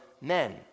men